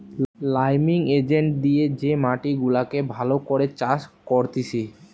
liming agent দিয়ে যে মাটি গুলাকে ভালো করে চাষ করতিছে